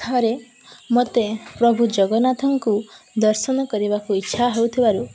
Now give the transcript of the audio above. ଥରେ ମୋତେ ପ୍ରଭୁ ଜଗନ୍ନାଥଙ୍କୁ ଦର୍ଶନ କରିବାକୁ ଇଚ୍ଛା ହଉଥିବାରୁ